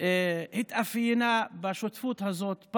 התאפיינה בשותפות הזאת.